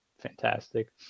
fantastic